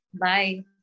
bye